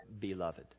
beloved